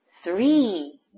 Three